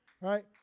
right